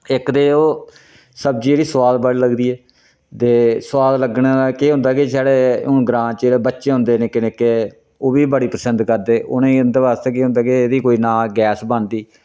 इक ते ओह् सब्जी जेह्ड़ी सोआद बड़ी लगदी ऐ ते सोआद लग्गने दा केह् होंदा के साढ़े हून ग्रांऽ च जेह्ड़े बच्चे होंदे निक्के निक्के ओह् बी बड़ी पसद करदे उनेंगी उंदे बास्तै केह् होंदा के एह्दी ना कोई गैस बनदी